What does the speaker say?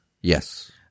Yes